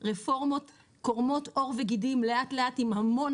רפורמות קורמות עור וגידים לאט לאט עם המון